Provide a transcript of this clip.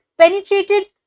penetrated